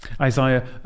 Isaiah